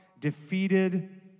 defeated